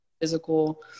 physical